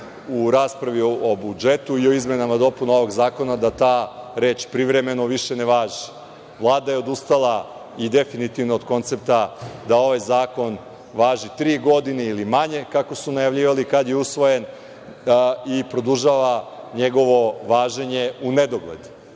u raspravi o budžetu i o izmenama i dopunama ovog zakona da ta reč „privremeno“ više ne važi. Vlada je odustala i definitivno od koncepta da ovaj zakon važi tri godine ili manje, kako su najavljivali kada je usvojen, i produžava njegovo važenje u nedogled.